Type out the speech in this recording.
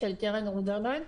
של קרן רודרמן,